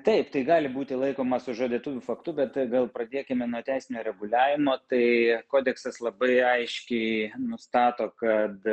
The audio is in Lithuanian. taip tai gali būti laikoma sužadėtuvių faktu bet gal pradėkime nuo teisinio reguliavimo tai kodeksas labai aiškiai nustato kad